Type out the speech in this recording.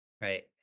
right